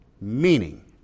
Meaning